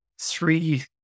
three